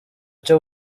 cyo